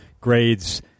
grades